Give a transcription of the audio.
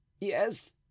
Yes